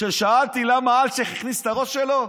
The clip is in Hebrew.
כששאלתי למה אלשיך הכניס את הראש שלו,